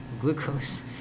glucose